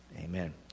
Amen